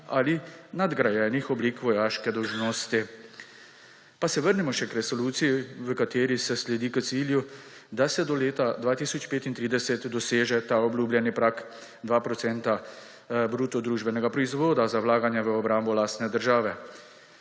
ali nadgrajenih oblik vojaškega dolžnosti. Pa se vrnimo še k resoluciji, v kateri se sledi k cilju, da se do leta 2035 doseže ta obljubljeni prag, 2 procenta bruto družbenega proizvoda za vlaganja v obrambo lastne države.